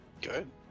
Good